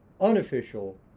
unofficial